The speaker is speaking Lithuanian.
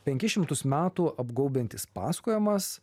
penkis šimtus metų apgaubiantis pasakojimas